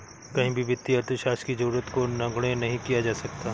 कहीं भी वित्तीय अर्थशास्त्र की जरूरत को नगण्य नहीं किया जा सकता है